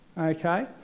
okay